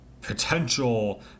potential